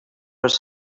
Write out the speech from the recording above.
was